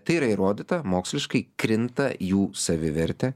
tai yra įrodyta moksliškai krinta jų savivertė